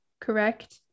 Correct